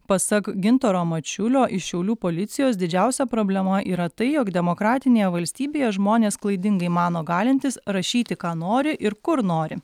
pasak gintaro mačiulio iš šiaulių policijos didžiausia problema yra tai jog demokratinėje valstybėje žmonės klaidingai mano galintys rašyti ką nori ir kur nori